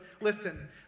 listen